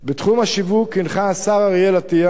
בתחום השיווק הנחה השר אריאל אטיאס